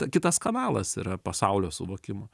kitas kanalas yra pasaulio suvokimo